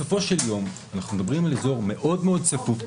בסופו של יום אנחנו מדברים על אזור מאוד מאוד צפוף.